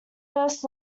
first